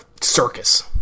circus